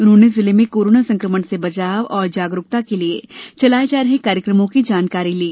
उन्होंने जिले में कोरोना संकमण से बचाव और जागरूकता के लिये चलाए जा रहे कार्यक्रमों की जानकारी ली